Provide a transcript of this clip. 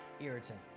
irritant